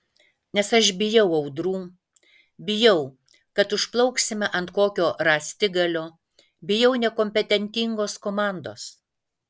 nes aš bijau audrų bijau kad užplauksime ant kokio rąstigalio bijau nekompetentingos komandos